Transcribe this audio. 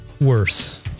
worse